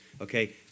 Okay